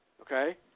okay